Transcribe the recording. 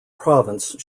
province